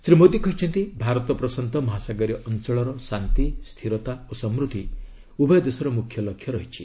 ଶ୍ରୀ ମୋଦୀ କହିଛନ୍ତି ଭାରତ ପ୍ରଶାନ୍ତ ମହାସାଗରୀୟ ଅଞ୍ଚଳର ଶାନ୍ତି ସ୍ଥିରତା ଓ ସମୃଦ୍ଧି ଉଭୟ ଦେଶର ମୁଖ୍ୟ ଲକ୍ଷ୍ୟ ରହିଛି